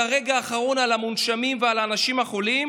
הרגע האחרון על המונשמים ועל האנשים החולים,